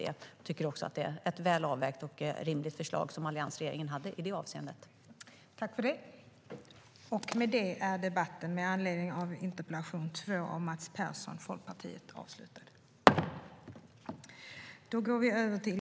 Jag tycker att det förslag som alliansregeringen hade i det avseendet är väl avvägt och rimligt.